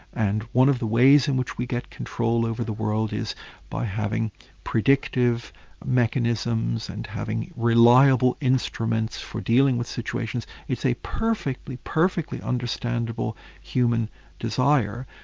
and one of the ways in which we get control over the world is by having predictive mechanisms and having reliable instruments for dealing with situations is a perfectly perfectly understandably human desire.